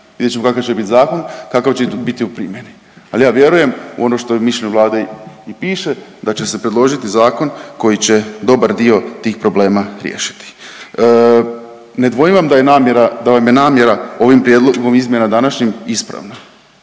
vidjet ćemo kakav će biti zakon, kakav će bit u primjeni, al ja vjerujem u ono što u mišljenju Vlade i piše da će se predložiti zakon koji će dobar dio tih problema riješiti. Ne dvojim vam da je namjera, da vam je namjera ovim prijedlogom izmjena današnjim ispravna,